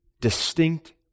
distinct